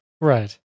Right